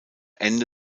ende